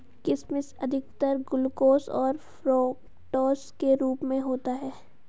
किशमिश अधिकतर ग्लूकोस और फ़्रूक्टोस के रूप में होता है